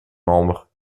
membre